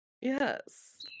Yes